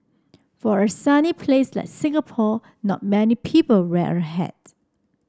for a sunny place like Singapore not many people wear a hat